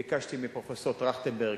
ביקשתי מפרופסור טרכטנברג,